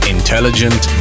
Intelligent